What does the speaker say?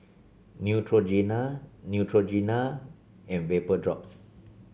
Neutrogena Neutrogena and Vapodrops